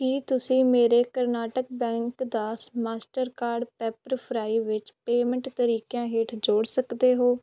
ਕੀ ਤੁਸੀਂਂ ਮੇਰੇ ਕਰਨਾਟਕ ਬੈਂਕ ਦਾ ਮਾਸਟਰਕਾਰਡ ਪੈਪਰਫ੍ਰਾਈ ਵਿੱਚ ਪੇਮੈਂਟ ਤਰੀਕਿਆਂ ਹੇਠ ਜੋੜ ਸਕਦੇ ਹੋ